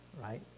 right